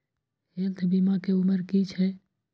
Health बीमा के उमर की छै?